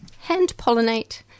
hand-pollinate